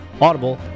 Audible